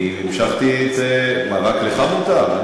אני המשכתי את זה, מה, רק לך מותר?